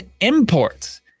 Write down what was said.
imports